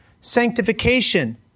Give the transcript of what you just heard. sanctification